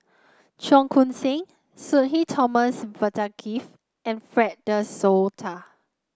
Cheong Koon Seng Sudhir Thomas Vadaketh and Fred De Souza